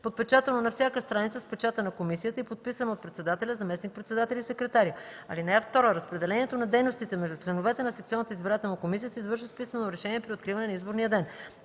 подпечатано на всяка страница с печата на комисията и подписано от председателя, заместник-председателя и секретаря. (2) Разпределението на дейностите между членовете на секционната избирателна комисия се извършва с писмено решение при откриване на изборния ден.